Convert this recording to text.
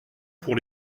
pour